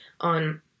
on